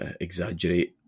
exaggerate